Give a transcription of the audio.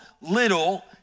little